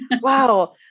wow